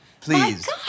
Please